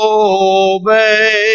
obey